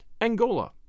Angola